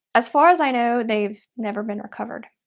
as far as i know, they've never been recovered.